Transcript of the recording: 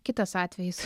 kitas atvejis